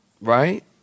right